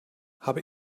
habe